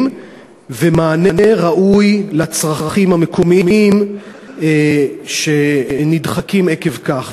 ומענה ראוי לצרכים המקומיים שנדחקים עקב כך.